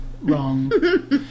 Wrong